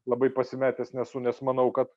labai pasimetęs nesu nes manau kad